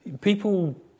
people